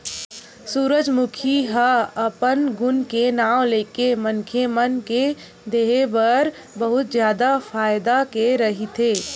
सूरजमूखी ह अपन गुन के नांव लेके मनखे मन के देहे बर बहुत जादा फायदा के रहिथे